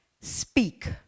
speak